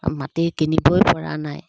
মাটি কিনিবইপৰা নাই